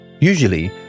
Usually